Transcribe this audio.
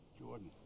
Jordan